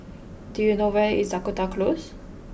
do you know where is Dakota Close